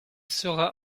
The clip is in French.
sera